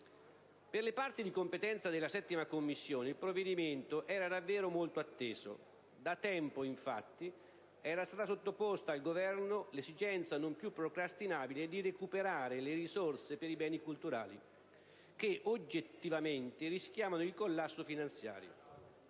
Per le parti di competenza della 7a Commissione il provvedimento era davvero molto atteso: da tempo infatti era stata sottoposta al Governo l'esigenza non più procrastinabile di recuperare le risorse per i beni culturali, che oggettivamente rischiavano il collasso finanziario,